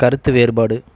கருத்து வேறுபாடு